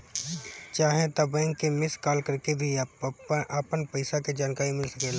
चाहे त बैंक के मिस कॉल करके भी अपन पईसा के जानकारी मिल सकेला